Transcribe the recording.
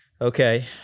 Okay